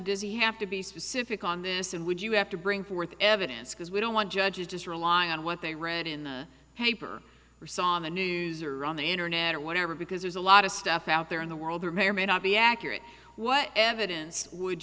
does he have to be specific on this and would you have to bring forth evidence because we don't want judges just rely on what they read in the paper or saw news or on the internet or whatever because there's a lot of stuff out there in the world there may or may not be accurate what evidence would